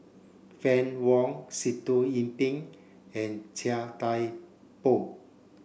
Fann Wong Sitoh Yih Pin and Chia Thye Poh